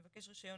מבקש רישיון,